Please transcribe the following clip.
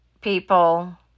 people